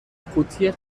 قوطی